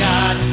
God